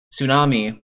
Tsunami